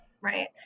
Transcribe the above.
right